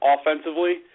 offensively